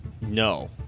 No